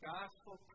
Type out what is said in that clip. gospel